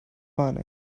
funny